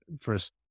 first